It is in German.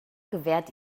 gewährt